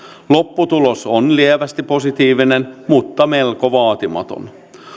lopputulos on lievästi positiivinen mutta melko vaatimaton